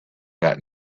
that